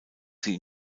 sie